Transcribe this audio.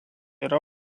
yra